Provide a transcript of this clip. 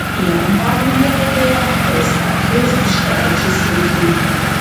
jam pagrindą padėjo eustachijaus tiškevičiaus rinkiniai